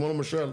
כמו למשל,